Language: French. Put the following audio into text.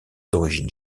d’origine